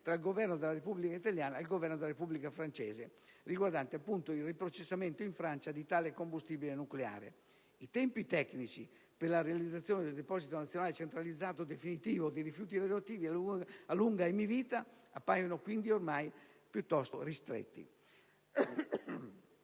tra il Governo della Repubblica italiana e il Governo della Repubblica francese, riguardante il riprocessamento in Francia di tale combustibile nucleare. I tempi tecnici per la realizzazione del deposito nazionale centralizzato definitivo di rifiuti radioattivi a lunga emivita appaiono quindi ormai piuttosto stretti.